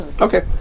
Okay